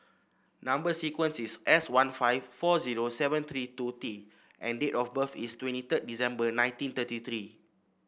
number sequence is S one five four zero seven three two T and date of birth is twenty third December nineteen thirty three